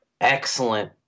Excellent